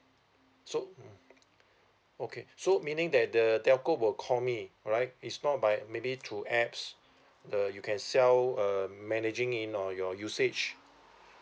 so mm okay so meaning that the telco will call me right it's not by maybe through apps the you can self um managing in or your usage